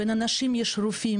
בין האנשים יש רופאים,